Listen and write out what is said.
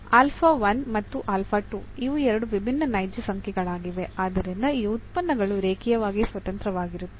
ಮತ್ತು ಇವು ಎರಡು ವಿಭಿನ್ನ ನೈಜ ಸಂಖ್ಯೆಗಳಾಗಿವೆ ಆದ್ದರಿಂದ ಈ ಉತ್ಪನ್ನಗಳು ರೇಖೀಯವಾಗಿ ಸ್ವತಂತ್ರವಾಗಿರುತ್ತವೆ